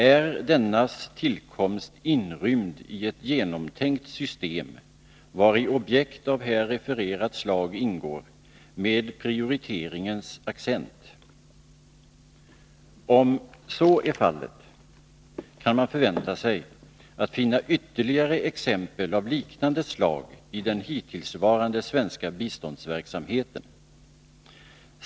Är dennas tillkomst inrymd i ett genomtänkt system, vari objekt av här refererat slag ingår med prioriteringens accent? Om så är fallet, kan man förvänta sig att finna ytterligare exempel av liknande slag i den hittillsvarande svenska biståndsverksamheten.